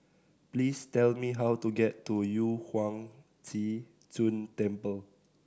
please tell me how to get to Yu Huang Zhi Zun Temple